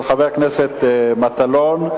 של חבר הכנסת מטלון,